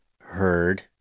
heard